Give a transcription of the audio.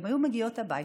הן היו מגיעות הביתה,